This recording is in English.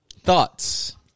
thoughts